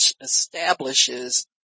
establishes